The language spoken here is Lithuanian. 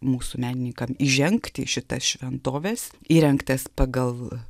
mūsų menininkam įžengti į šitas šventoves įrengtas pagal